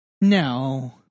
No